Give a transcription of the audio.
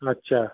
আচ্ছা